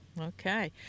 Okay